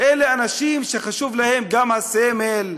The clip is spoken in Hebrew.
אלה אנשים שחשוב להם גם הסמל,